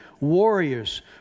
warriors